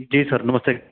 जी sir नमस्ते